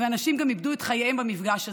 ואנשים גם איבדו את חייהם במפגש הזה.